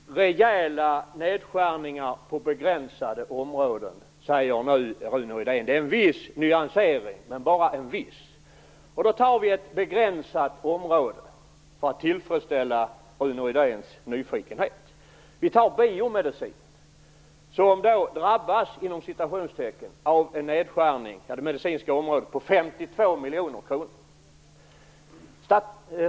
Herr talman! Rejäla nedskärningar på begränsade områden, talade Rune Rydén om. Det är en viss nyansering, men bara en viss. Låt oss som exempel ta ett begränsat område. Låt oss ta biomedicin, som "drabbas" av en nedskärning på 52 miljoner kronor på det medicinska området.